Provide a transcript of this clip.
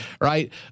right